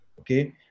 okay